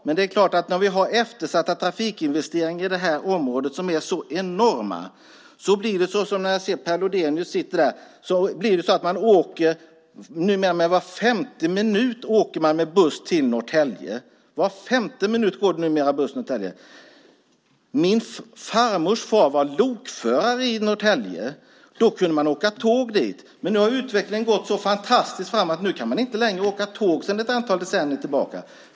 Men när vi har så enormt eftersatta trafikinvesteringar i det här området - jag ser att Per Lodenius sitter där - blir det så att det var femte minut går en buss till Norrtälje. Var femte minut går det numera buss till Norrtälje. Min farmors far var lokförare i Norrtälje. Då kunde man åka tåg dit. Men nu har utvecklingen gått så fantastiskt framåt att man sedan ett antal decennier tillbaka inte längre kan åka tåg.